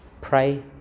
pray